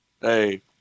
hey